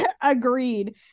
Agreed